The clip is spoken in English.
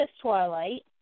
Twilight